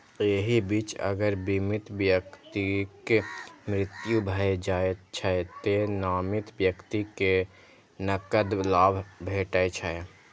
एहि बीच अगर बीमित व्यक्तिक मृत्यु भए जाइ छै, तें नामित व्यक्ति कें नकद लाभ भेटै छै